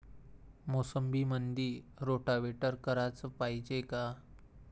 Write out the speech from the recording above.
मोसंबीमंदी रोटावेटर कराच पायजे का?